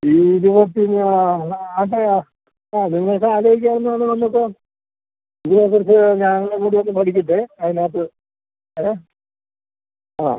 ഈ ഇരുപത്തിമൂന്നോ അല്ല അതെയോ ആ നിങ്ങൾക്ക് ആലോചിക്കാവുന്നതാണ് വന്നിട്ട് ഇത് അനുസരിച്ച് ഞാനും കൂടെ ഒന്ന് പഠിക്കട്ടെ അതിനകത്ത് ഏ ആ